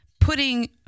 putting